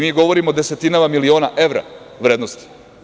Mi govorimo o desetinama miliona evra vrednosti.